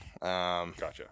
Gotcha